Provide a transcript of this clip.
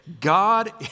God